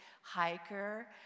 hiker